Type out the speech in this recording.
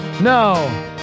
No